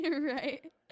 right